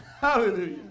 Hallelujah